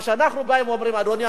מה שאנחנו אומרים: אדוני,